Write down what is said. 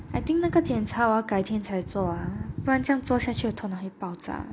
I think 那个检查我要改天才做啊不然这样做下去我的头脑会爆炸